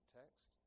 text